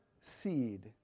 seed